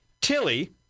Tilly